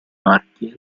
parchi